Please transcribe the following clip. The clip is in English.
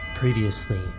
Previously